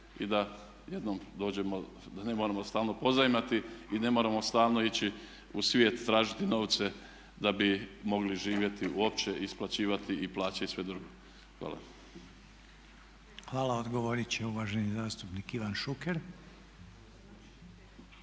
da ne moramo stalno pozajmljivati i da ne moramo stalno ići u svijet tražiti novce da bi mogli živjeti uopće i isplaćivati plaće i sve drugo. Hvala. **Reiner, Željko (HDZ)** Hvala. Odgovorit će uvaženi zastupnik Ivan Šuker.